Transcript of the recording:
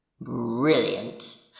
Brilliant